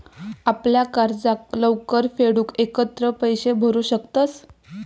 आपल्या कर्जाक लवकर फेडूक एकत्र पैशे भरू शकतंस